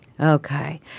Okay